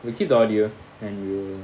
we keep the audio and we'll